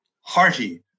hearty